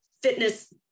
fitness